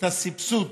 את הסבסוד